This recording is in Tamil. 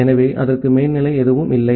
எனவே அதற்கு மேல்நிலை எதுவும் இல்லை